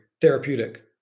therapeutic